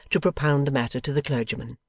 to propound the matter to the clergyman.